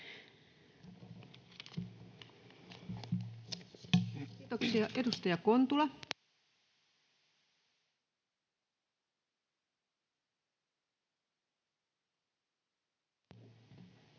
Kiitoksia. — Edustaja Kontula.